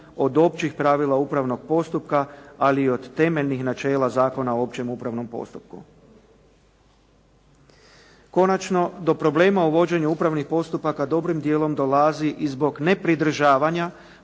od općih pravila upravnog postupka ali i od temeljnih načela Zakona o općem upravnom postupku. Konačno do problema u vođenju upravnih postupaka dobrim dijelom dolazi i zbog nepridržavanja